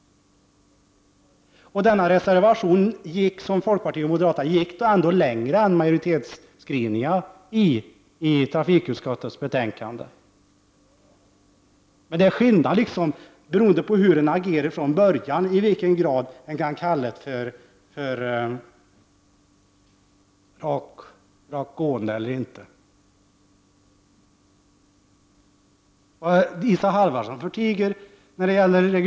Reservationen från folkpartiet och moderaterna gick ändå längre än majoritetsskrivningen i trafikutskottets betänkande. Men skillnaden består i hur vi har agerat från början; det är på det det beror om ens agerande skall kunna kallas rakryggat eller inte.